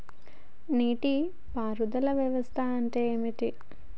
నీటి పారుదల వ్యవస్థ అంటే ఏంటి?